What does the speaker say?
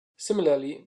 similarly